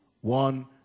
One